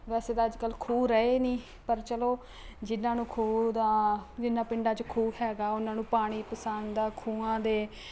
ਵੈਸੇ ਤਾਂ ਅੱਜ ਕੱਲ੍ਹ ਖੂਹ ਰਹੇ ਨਹੀਂ ਪਰ ਚਲੋ ਜਿਹਨਾਂ ਨੂੰ ਖੂਹ ਦਾ ਜਿਹਨਾਂ ਪਿੰਡਾਂ 'ਚ ਖੂਹ ਹੈਗਾ ਉਹਨਾਂ ਨੂੰ ਪਾਣੀ ਪਸੰਦ ਆ ਖੂਹਾਂ ਦੇ